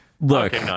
look